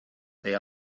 they